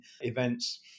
events